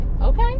okay